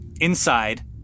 Inside